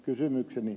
kysymykseni